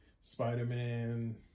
Spider-Man